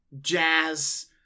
jazz